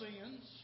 sins